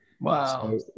Wow